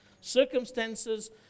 Circumstances